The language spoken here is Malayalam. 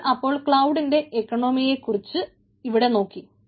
നമ്മൾ അപ്പോൾ ക്ലൌഡിന്റെ ഇക്കോണമിയെ കുറിച്ച് ഇവിടെ നോക്കി